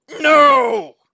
No